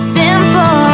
simple